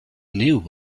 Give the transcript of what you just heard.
new